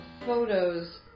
photos